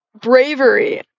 Bravery